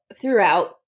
throughout